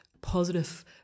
positive